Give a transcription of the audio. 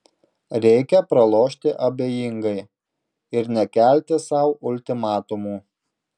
reikia pralošti abejingai ir nekelti sau ultimatumų